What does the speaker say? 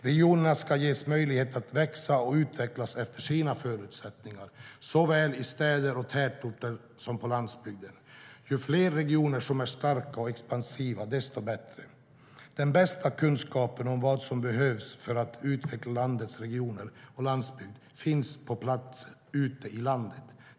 Regionerna ska ges möjligheter att växa och utvecklas efter sina förutsättningar, såväl i städer och tätorter som på landsbygden. Ju fler regioner som är starka och expansiva, desto bättre. Den bästa kunskapen om vad som behövs för att utveckla landets regioner och landsbygd finns på plats ute i landet.